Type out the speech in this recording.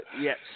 Yes